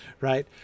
right